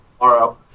tomorrow